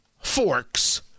Forks